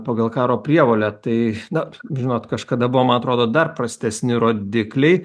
pagal karo prievolę tai na žinot kažkada buvoma atrodo dar prastesni rodikliai